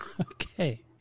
Okay